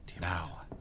Now